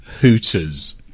Hooters